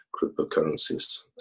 cryptocurrencies